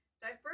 diverse